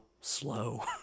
slow